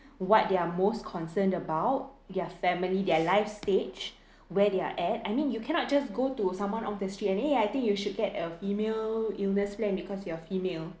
what they are most concerned about their family their life stage where they are at I mean you cannot just go to someone on the street and eh I think you should get a female illness plan because you are female